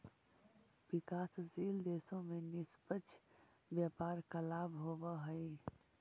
विकासशील देशों में निष्पक्ष व्यापार का लाभ होवअ हई